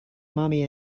mommy